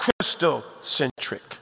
crystal-centric